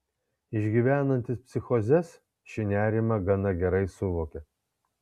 išgyvenantys psichozes šį nerimą gana gerai suvokia